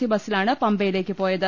C ബസ്സിലാണ് പമ്പയിലേക്ക് പോയത്